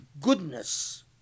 goodness